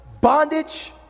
bondage